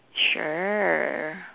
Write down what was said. sure